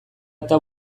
eta